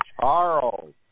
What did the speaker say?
Charles